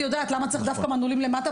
יודעת למה צריך דווקא מנעולים למטה,